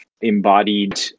embodied